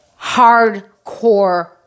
hardcore